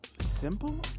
simple